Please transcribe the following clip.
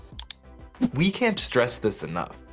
we can't stress this enough,